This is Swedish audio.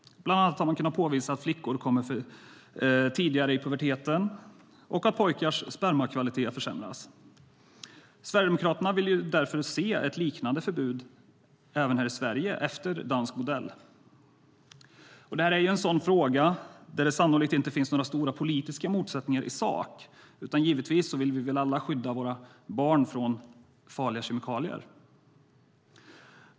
Bland annat har man kunnat påvisa att flickor kommer tidigare i puberteten och att pojkars spermakvalitet försämras. Sverigedemokraterna vill därför se ett liknande förbud även här i Sverige, efter dansk modell. Det här är en sådan fråga där det sannolikt inte finns några stora politiska motsättningar i sak. Givetvis vill vi alla skydda våra barn från farliga kemikalier.